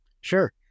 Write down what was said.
Sure